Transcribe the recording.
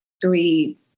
three